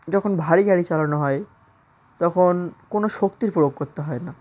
যখন ভারী গাড়ি চালানো হয় তখন কোনো শক্তির প্রয়োগ করতে হয় না